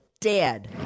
dead